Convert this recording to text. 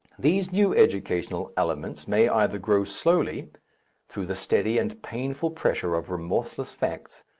these new educational elements may either grow slowly through the steady and painful pressure of remorseless facts,